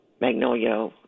magnolia